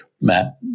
Matt